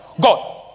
god